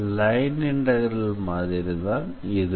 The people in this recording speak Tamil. லைன் இன்டெக்ரல் மாதிரி தான் இதுவும்